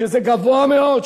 שזה גבוה מאוד,